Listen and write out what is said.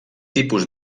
tipus